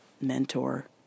mentor